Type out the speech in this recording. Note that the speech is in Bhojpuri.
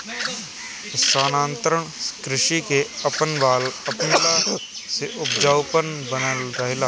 स्थानांतरण कृषि के अपनवला से उपजाऊपन बनल रहेला